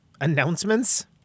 Announcements